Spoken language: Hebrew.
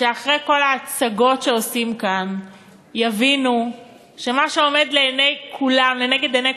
שאחרי כל ההצגות שעושים כאן יבינו שמה שעומד לנגד עיני